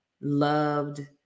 loved